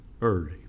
early